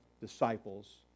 disciples